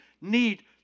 need